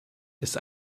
ist